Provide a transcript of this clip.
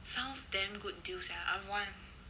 sounds damn good deal sia I want